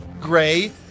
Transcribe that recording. gray